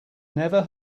never